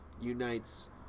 unites